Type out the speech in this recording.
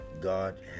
God